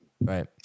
Right